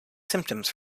symptoms